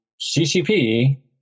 CCP